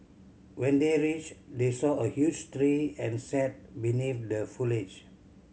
when they reached they saw a huge tree and sat beneath the foliage